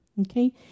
okay